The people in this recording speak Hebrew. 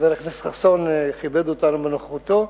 חבר הכנסת חסון כיבד אותנו בנוכחותו,